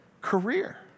career